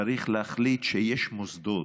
צריך להחליט שיש מוסדות,